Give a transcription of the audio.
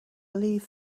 leave